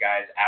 guys